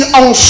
on